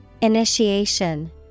Initiation